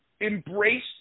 embrace